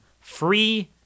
free